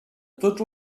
tots